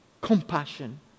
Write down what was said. compassion